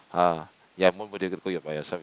ah ya more worth it to go by yourself